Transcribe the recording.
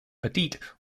petit